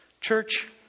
Church